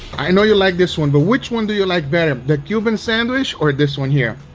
i know you like this one. but which one do you like better the cuban sandwich or this one here?